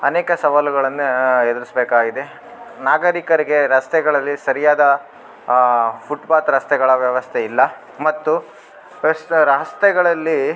ಅನೇಕ ಸವಾಲುಗಳನ್ನು ಎದುರಿಸಬೇಕಾಗಿದೆ ನಾಗರಿಕರಿಗೆ ರಸ್ತೆಗಳಲ್ಲಿ ಸರಿಯಾದ ಫುಟ್ಪಾತ್ ರಸ್ತೆಗಳ ವ್ಯವಸ್ಥೆ ಇಲ್ಲ ಮತ್ತು ರಸ್ತೆ ರಸ್ತೆಗಳಲ್ಲಿ